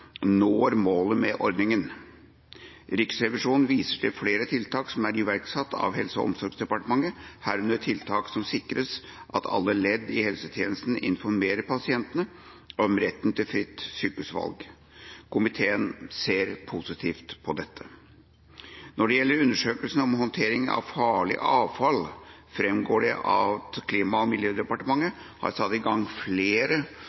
når målet med ordninga. Riksrevisjonen viser til flere tiltak som er iverksatt av Helse- og omsorgsdepartementet, herunder tiltak som sikrer at alle ledd i helsetjenesten informerer pasientene om retten til fritt sykehusvalg. Komiteen ser positivt på dette. Når det gjelder undersøkelsen om håndtering av farlig avfall, framgår det at Klima- og miljødepartementet har satt i gang flere